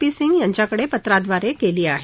P Singh यांच्याकडे पत्राद्वारे केली आहे